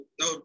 no